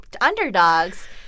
underdogs